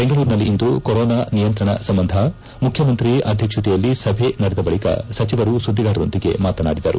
ಬೆಂಗಳೂರಿನಲ್ಲಿಂದು ಕೊರೊನಾ ನಿಯಂತ್ರಣ ಸಂಬಂಧ ಮುಖ್ಚಮಂತ್ರಿ ಅಧ್ಯಕ್ಷತೆಯಲ್ಲಿ ಸಭೆ ನಡೆದ ಬಳಿಕ ಸಚಿವರು ಸುದ್ಗಿಗಾರರೊಂದಿಗೆ ಮಾತನಾಡಿದರು